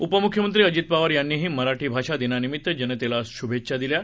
उपमुख्यमंत्री अजित पवार यांनीही मराठी भाषा दिनानिमित्त जनतेला शुभेच्छा दिल्या आहेत